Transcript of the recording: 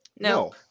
No